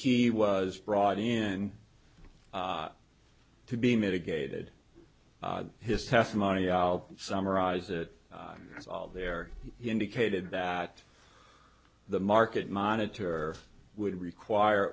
he was brought in to be mitigated by his testimony i'll summarize it that's all there he indicated that the market monitor would require